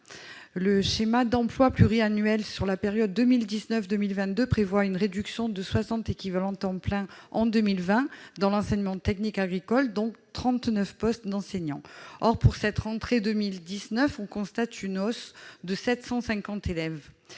le schéma d'emploi pluri-pluriannuel sur la période 2019, 2022 prévoit une réduction de 60 équivalents temps plein en 2020 dans l'enseignement technique agricole dont 39 postes d'enseignants, or pour cette rentrée 2019, on constate une hausse de 750 élèves